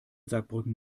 saarbrücken